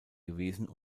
gewesen